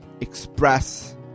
express